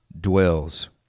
dwells